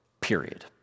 period